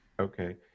Okay